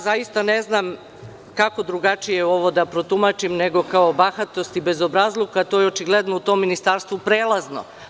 Zaista ne znam kako drugačije ovo da protumačim nego kao bahatost i bezobrazluk, a to je očigledno u tom ministarstvu prelazno.